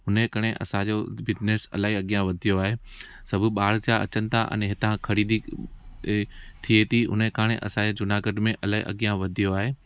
हुनजे करे असांजो बिजनैस इलाही अॻियां वधियो आहे सब ॿार सां अचनि ता अने हितां ख़रीदी थिए थी हुन जे कराण असांजे जूनागढ़ में इलाही अॻियां वधियो आहे